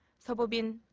so bo-bin,